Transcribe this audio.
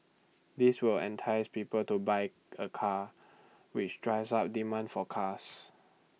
this will entice people to buy A car which drives up demand for cars